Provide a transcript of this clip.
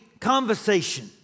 conversation